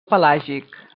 pelàgic